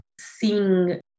seeing